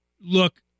Look